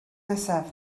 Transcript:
nesaf